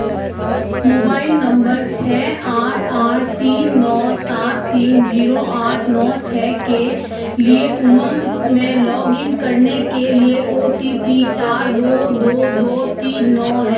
mobile number छः आठ आठ तीन नौ सात तीन जीरो आठ नौ छः के लिए उमंग में लॉग इन करने के लिए ओ टी पी चार दो दो दो तीन नौ है